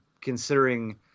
considering